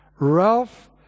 Ralph